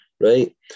Right